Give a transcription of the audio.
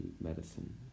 medicine